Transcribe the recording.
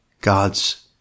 God's